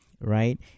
right